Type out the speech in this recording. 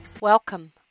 Welcome